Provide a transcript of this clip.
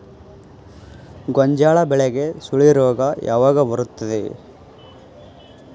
ಗೋಂಜಾಳ ಬೆಳೆಗೆ ಸುಳಿ ರೋಗ ಯಾವಾಗ ಬರುತ್ತದೆ?